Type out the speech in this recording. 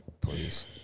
Please